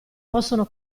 possono